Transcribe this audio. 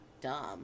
dumb